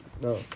No